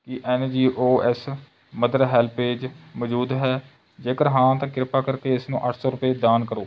ਕੀ N G O S Mother HelpAge ਮੌਜੂਦ ਹੈ ਜੇਕਰ ਹਾਂ ਤਾਂ ਕਿਰਪਾ ਕਰਕੇ ਇਸਨੂੰ ਅੱਠ ਸੌ ਰੁਪਏ ਦਾਨ ਕਰੋ